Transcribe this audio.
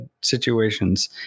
situations